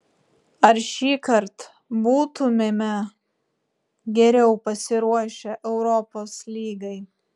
ar šįkart būtumėme geriau pasiruošę europos lygai